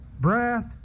breath